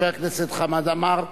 חבר הכנסת חמד עמאר,